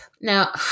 Now